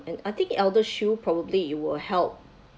and I think eldershield probably it will help